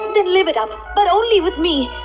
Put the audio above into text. then live it up! but only with me!